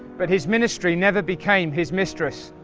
but his ministry never became his mistress.